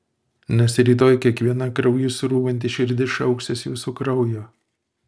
nes rytoj kiekviena krauju srūvanti širdis šauksis jūsų kraujo